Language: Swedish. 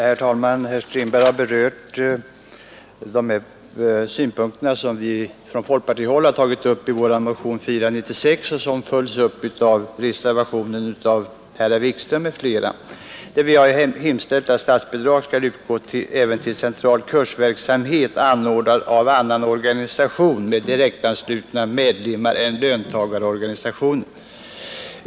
Herr talman! Herr Strindberg har berört de synpunkter som vi från folkpartihåll har tagit upp i vår motion 496, vilken följs upp i reservationen av herr Wikström m.fl. Vi har hemställt att statsbidrag skall utgå även till central kursverksamhet anordnad av annan organisation med direktanslutna medlemmar än löntagarorganisation.